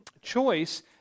choice